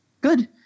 Good